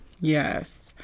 Yes